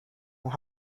will